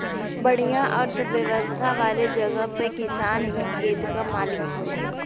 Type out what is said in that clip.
बढ़िया अर्थव्यवस्था वाले जगह में किसान ही खेत क मालिक होला